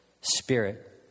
spirit